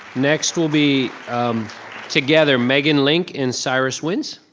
next will be together, megan link, and cyrus wince.